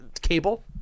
cable